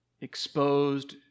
exposed